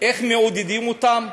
איך מעודדים אותם?